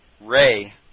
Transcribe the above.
Ray